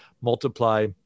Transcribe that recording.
multiply